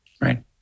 Right